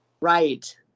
Right